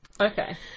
Okay